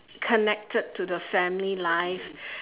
connected to the family life